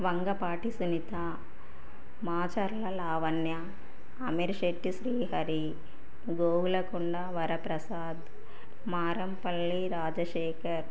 Vangapati Sunitha Macherla Lavanya Amirshetti Srihari Govulakonda Varaprasad Marampalli Rajasekhar